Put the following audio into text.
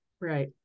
Right